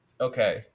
okay